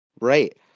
Right